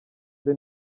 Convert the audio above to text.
the